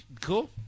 Cool